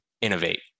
innovate